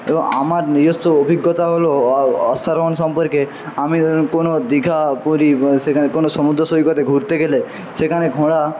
এবং আমার নিজস্ব অভিজ্ঞতা হল অশ্বারোহণ সম্পর্কে আমি কোনো দীঘা পুরী সেখানে কোনো সমুদ্র সৈকতে ঘুরতে গেলে সেখানে ঘোড়া